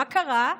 מה קרה?